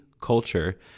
culture